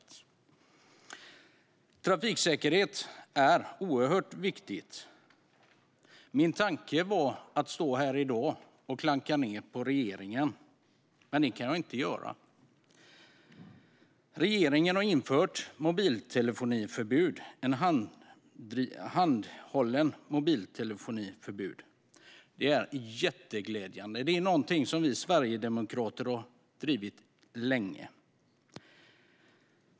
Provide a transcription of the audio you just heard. Trafiksäkerhet är oerhört viktigt. Min tanke var att jag skulle stå här i dag och klanka ned på regeringen, men det kan jag inte göra. Regeringen har infört förbud mot användning av handhållen mobiltelefon vid körning. Det är jätteglädjande. Det är något som vi sverigedemokrater har drivit länge.